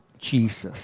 Jesus